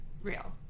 real